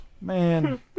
Man